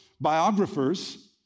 biographers